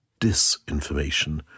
disinformation